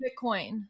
Bitcoin